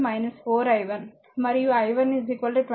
5 i3